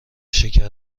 شکر